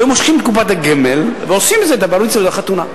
היו מושכים את קופת הגמל ועושים עם זה את הבר-מצווה או החתונה.